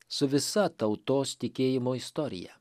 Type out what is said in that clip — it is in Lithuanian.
su visa tautos tikėjimo istorija